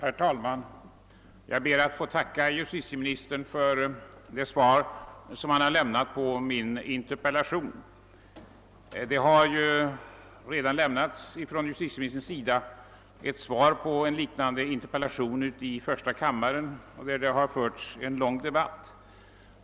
Herr talman! Jag ber att få tacka justitieministern för det svar som han har lämnat på min interpellation. Justitieministern har redan lämnat svar på en liknande interpellation i första kammaren, där det har förts en lång debatt.